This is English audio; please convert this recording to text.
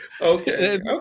Okay